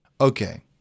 Okay